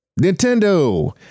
Nintendo